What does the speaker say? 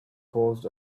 caused